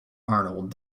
arnold